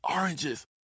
oranges